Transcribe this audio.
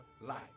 life